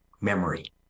memory